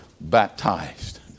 baptized